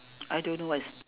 I don't know what's